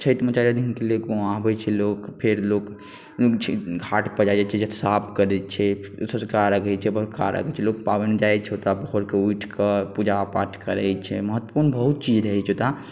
छठिमे चारि दिन के लिए अबै छै लोक फेर लोक घाट पर जाएल जाइ छी साफ करै छै बहुत कारण होइ छै लोक पाबनि जाइ छै तऽ भोर कऽ उठिकऽ पूजा पाठ करै छै महत्वपुर्ण बहुत चीज रहै छै ओतऽ